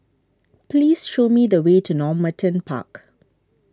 please show me the way to Normanton Park